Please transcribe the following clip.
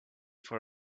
for